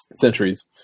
centuries